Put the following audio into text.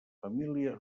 família